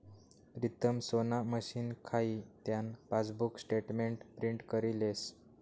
प्रीतम सोना मशीन खाई त्यान पासबुक स्टेटमेंट प्रिंट करी लेस